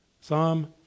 Psalm